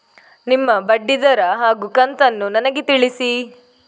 ನಿಮ್ಮ ಬಡ್ಡಿದರ ಹಾಗೂ ಕಂತನ್ನು ನನಗೆ ತಿಳಿಸಿ?